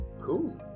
Cool